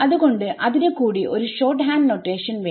അത്കൊണ്ട് അതിന് കൂടി ഒരു ഷോർട് ഹാൻഡ് നൊറ്റേഷൻ വേണം